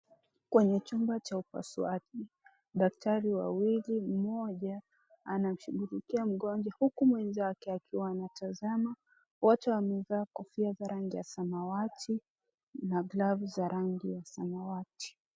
Kwenye chumba cha upasuaji, daktari wawili; mmoja anamshughulikia mgonjwa huku mwenzake akiwa anatazama. Wote wamevaa kofia za rangi ya samawati na glavu za rangi ya samawati.